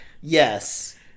yes